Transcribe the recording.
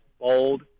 bold